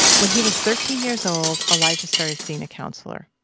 when he was thirteen years old, elijah started seeing a counselor.